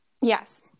Yes